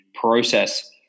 process